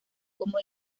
como